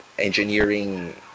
engineering